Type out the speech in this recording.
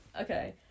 okay